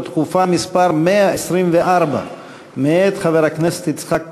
דחופה מס' 124 מאת חבר הכנסת יצחק כהן.